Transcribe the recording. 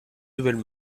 nouvelle